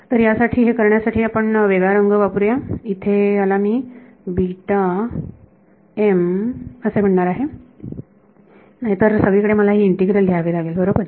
तर यासाठी हे करण्यासाठी आपण वेगळा रंग वापरू या इथे याला मी असे म्हणणार आहे नाहीतर सगळीकडे मला हे इंटिग्रल लिहावे लागेल बरोबर